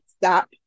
stop